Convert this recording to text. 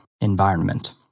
environment